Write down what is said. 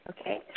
Okay